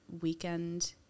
weekend